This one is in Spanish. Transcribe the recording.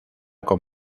con